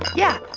yeah.